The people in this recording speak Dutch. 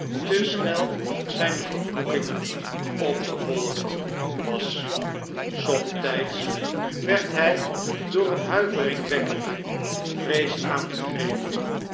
snel zijn vervloekingen opgevolgd was somtijds werd hij door een huiveringwekkende vrees aangegrepen